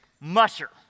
musher